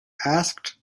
asked